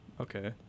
Okay